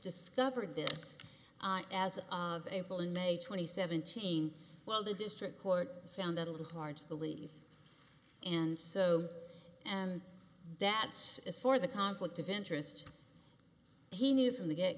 discovered this as of april in may twenty seventh cheney well the district court found that a little hard to believe and so and that is for the conflict of interest he knew from the get